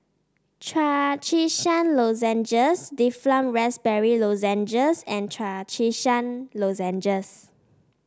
Trachisan Lozenges Difflam Raspberry Lozenges and Trachisan Lozenges